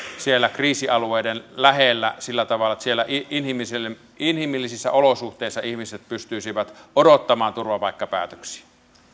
siellä kriisialueiden lähellä sillä tavalla että siellä inhimillisissä olosuhteissa ihmiset pystyisivät odottamaan turvapaikkapäätöksiä